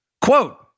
Quote